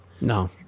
no